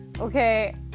okay